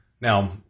Now